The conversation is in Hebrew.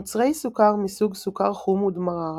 מוצרי סוכר מסוג סוכר חום ודמררה